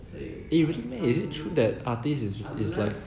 i~ is it true that artists is is like